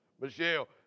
Michelle